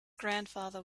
grandfather